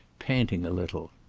panting a little.